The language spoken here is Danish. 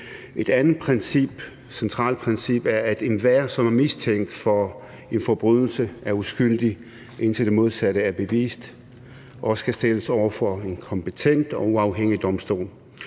Et andet centralt princip er, at enhver, som er mistænkt for en forbrydelse, er uskyldig, indtil det modsatte er bevist, og skal stilles for en kompetent og uafhængig domstol.